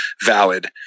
valid